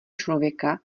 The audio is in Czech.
člověka